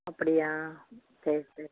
அப்படியா சரி சரி